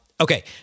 Okay